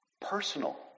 personal